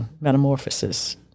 metamorphosis